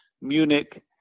Munich